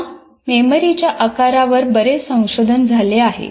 या मेमरीच्या आकारावर बरेच संशोधन झाले आहे